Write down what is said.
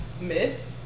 miss